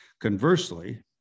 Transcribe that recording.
Conversely